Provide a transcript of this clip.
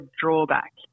drawback